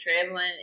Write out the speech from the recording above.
traveling